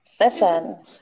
Listen